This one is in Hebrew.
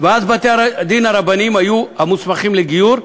ואז בתי-הדין הרבניים היו המוסמכים לגיור.